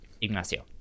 Ignacio